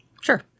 Sure